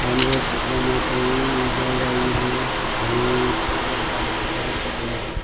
हाम्रो क्षेत्रमा चाहिँ जलवायुले चाहिँ प्रभाव पारेको छ र